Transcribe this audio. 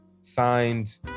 signed